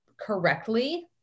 correctly